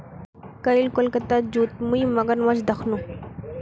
कईल कोलकातार जूत मुई मगरमच्छ दखनू